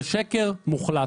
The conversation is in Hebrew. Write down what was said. זה שקר מוחלט.